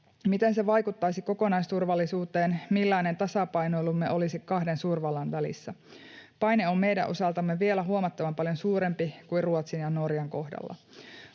Miten se vaikuttaisi kokonaisturvallisuuteen, millainen tasapainoilumme olisi kahden suurvallan välissä? Paine on meidän osaltamme vielä huomattavan paljon suurempi kuin Ruotsin ja Norjan kohdalla.